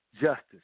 justice